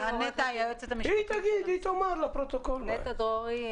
אני נטע דרורי,